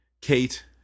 Kate